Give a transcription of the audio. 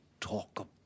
talk